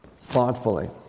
thoughtfully